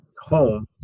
home